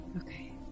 Okay